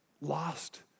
lost